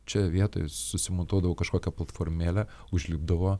čia vietoj susimontuodavau kažkokią platformėlę užlipdavo